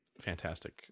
fantastic